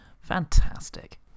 Fantastic